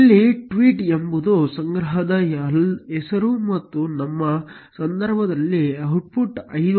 ಇಲ್ಲಿ ಟ್ವೀಟ್ ಎಂಬುದು ಸಂಗ್ರಹದ ಹೆಸರು ಮತ್ತು ನಮ್ಮ ಸಂದರ್ಭದಲ್ಲಿ ಔಟ್ಪುಟ್ 5 ಆಗಿದೆ